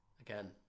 again